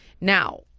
Now